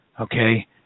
okay